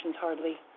hardly